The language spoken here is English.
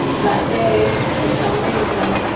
that day for some reason,